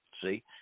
See